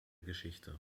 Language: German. geschichte